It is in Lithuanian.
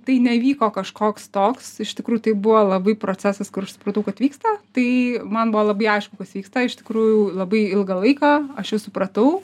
tai nevyko kažkoks toks iš tikrųjų tai buvo labai procesas kur aš supratau kad vyksta tai man buvo labai aišku kas vyksta iš tikrųjų labai ilgą laiką aš jau supratau